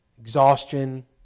exhaustion